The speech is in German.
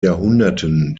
jahrhunderten